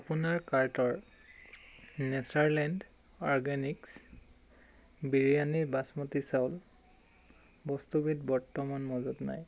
আপোনাৰ কাৰ্টৰ Natureland organics বিৰয়ানীৰ বাচমতী চাউল বস্তুবিধ বৰ্তমান মজুত নাই